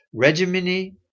Regimini